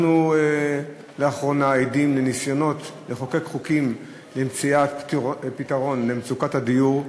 אנחנו לאחרונה עדים לניסיונות לחוקק חוקים למציאת פתרון למצוקת הדיור,